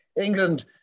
England